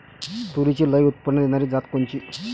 तूरीची लई उत्पन्न देणारी जात कोनची?